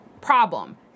Problem